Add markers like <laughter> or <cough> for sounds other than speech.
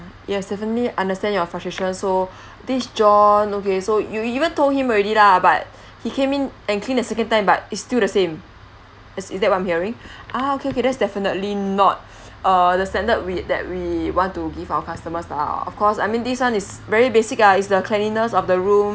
yes definitely understand your frustration so this john okay so you even told him already lah but he came in and clean the second time but it's still the same is that what I'm hearing <breath> ah okay okay that's definitely not <breath> err the standard we that we want to give our customers lah of course I mean this one is very basic ah is the cleanliness of the room